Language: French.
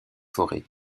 forêt